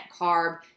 carb